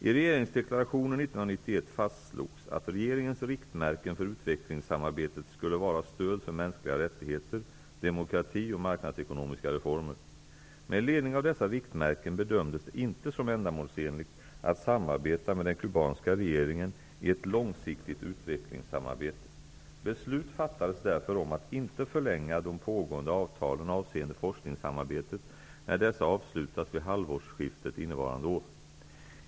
I regeringsdeklarationen 1991 fastslogs att regeringens riktmärken för utvecklingssamarbetet skulle vara stöd för mänskliga rättigheter, demokrati och marknadsekonomiska reformer. Med ledning av dessa riktmärken bedömdes det inte som ändamålsenligt att samarbeta med den kubanska regeringen i ett långsiktigt utvecklingssamarbete. Beslut fattades därför om att inte förlänga de pågående avtalen avseende forskningssamarbetet när dessa avslutas vid halvårsskiftet innevarande år.